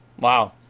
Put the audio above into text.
wow